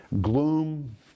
gloom